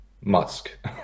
Musk